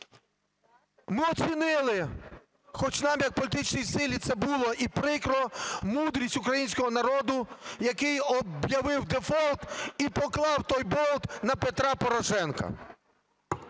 Ми оцінили, хоча нам як політичній силі це було і прикро, мудрість українського народу, який об'явив дефолт і поклав той болт на Петра Порошенка.